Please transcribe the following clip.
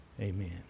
Amen